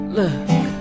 look